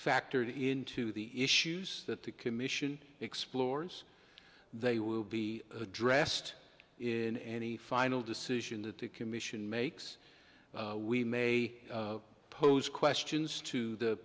factored into the issues that the commission explores they will be addressed in any final decision that the commission makes we may pose questions to the